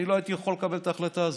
אני לא הייתי יכול לקבל את ההחלטה הזאת.